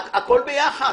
זה הכול ביחד,